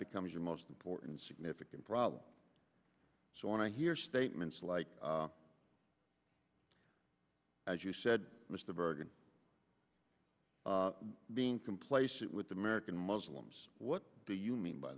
becomes your most important significant problem so when i hear statements like as you said mr bergen being complacent with american muslims what do you mean by